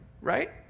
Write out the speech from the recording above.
right